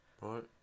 Right